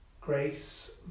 Grace